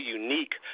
unique